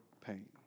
pain